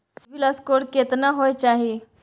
CIBIL score केतना होय चाही?